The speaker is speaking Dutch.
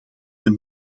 een